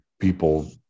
people